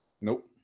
Nope